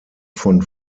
von